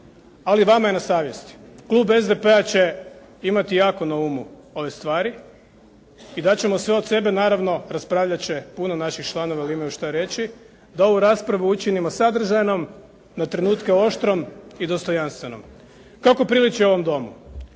ali vama je na savjesti. Klub SDP-a će imati jako na umu ove stvari i dat ćemo sve od sebe. Naravno, raspravljat će puno naših članova jer imaju što reći, da ovu raspravu učinimo sadržajnom, na trenutke oštrom i dostojanstvenom, kako priliči ovom Domu.